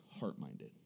heart-minded